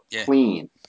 clean